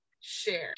share